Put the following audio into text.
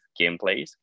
gameplays